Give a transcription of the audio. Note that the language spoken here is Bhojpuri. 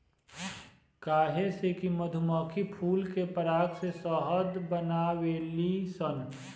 काहे से कि मधुमक्खी फूल के पराग से शहद बनावेली सन